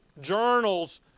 journals